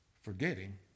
Forgetting